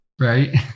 Right